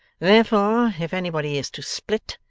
therefore, if anybody is to split,